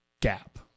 gap